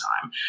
time